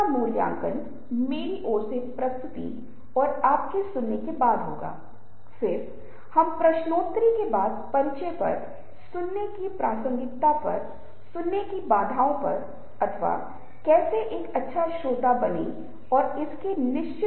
अब यहां मैं संचार से संबंधित कुछ कहना चाहूंगा जिसे हम अक्सर दूसरों के साथ बातचीत करने की कोशिश करते हैं और देखते हैं कि एक व्यक्ति कैसे संचारक है लेकिन साथ ही यह बहुत महत्वपूर्ण है कि हम अपने साथ कैसे संवाद करते हैं